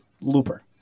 Looper